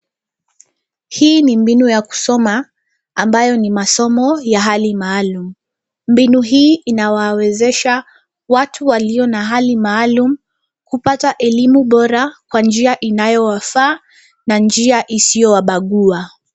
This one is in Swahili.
Hii ni mbinu ya kusoma, ambayo ni masomo ya hali maalum. Mbinu hii inawawezesha watu walio na hali maalum, kupata elimu bora kwa njia inayowafaa na njia isiyo wabagua.